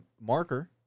marker